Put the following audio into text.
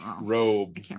robe